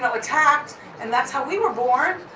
attacked and that's how we were born!